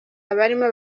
abarimo